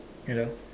hello